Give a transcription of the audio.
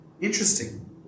Interesting